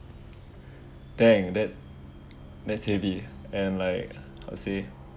dang that that's heavy and like how to say